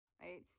Right